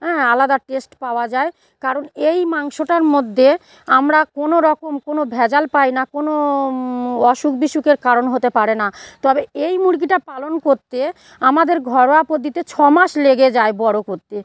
হ্যাঁ আলাদা টেস্ট পাওয়া যায় কারণ এই মাংসটার মধ্যে আমরা কোনো রকম কোনো ভেজাল পাই না কোনো অসুক বিসু্কের কারণ হতে পারে না তবে এই মুরগিটা পালন করতে আমাদের ঘরোয়া পদ্ধতিতে ছ মাস লেগে যায় বড়ো করতে